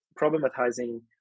problematizing